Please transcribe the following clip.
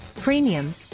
premium